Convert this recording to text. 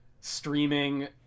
streaming